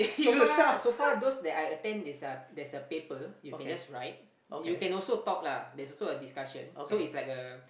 so far so far those that I attend is uh there's a paper you can just write you can also talk lah there's also a discussion so it's like a